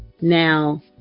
now